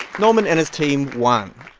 norman and his team won.